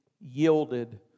yielded